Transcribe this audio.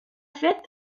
fet